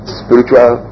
spiritual